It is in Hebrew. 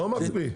לא מקפיא.